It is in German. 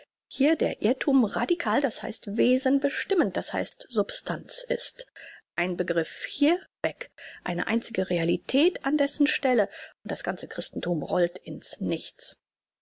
hier der irrthum radikal das heißt wesen bestimmend das heißt substanz ist ein begriff hier weg eine einzige realität an dessen stelle und das ganze christentum rollt in's nichts